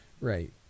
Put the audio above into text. Right